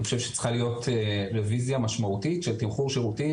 אני חושב שצריך להיות שינוי משמעותי בנושא התמחור שירותים.